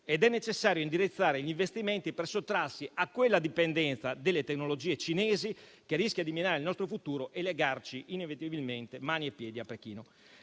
ed è necessario indirizzare gli investimenti per sottrarsi a quella dipendenza dalle tecnologie cinesi che rischia di minare il nostro futuro e legarci inevitabilmente mani e piedi a Pechino.